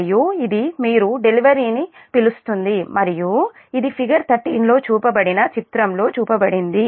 మరియు ఇది మీరు డెలివరీ ని పిలుస్తుంది మరియు ఇది ఫిగర్ 13 లో చూపబడిన చిత్రంలో చూపబడింది